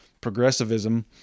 progressivism